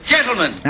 Gentlemen